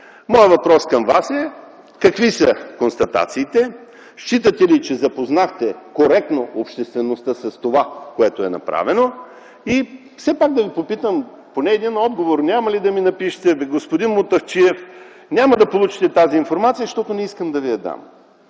Моят въпрос към Вас е: какви са констатациите? Считате ли, че запознахте коректно обществеността с това, което е направено? Все пак да Ви попитам: поне един отговор няма ли да ми напишете: „Господин Мутафчиев, няма да получите тази информация, защото не искам да Ви я дам.”